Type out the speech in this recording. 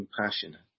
compassionate